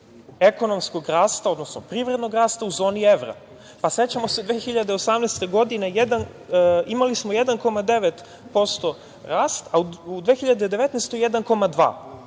ekonomskog rasta, odnosno privrednog rasta u zoni evra. Sećamo se 2018. godine, imali smo 1,9% rast, a u 2019.